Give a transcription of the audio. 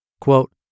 Quote